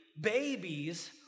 babies